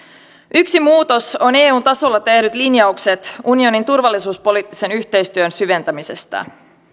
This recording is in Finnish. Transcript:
yksi muutos on eun tasolla tehdyt linjaukset unionin turvallisuuspoliittisen yhteistyön syventämisestä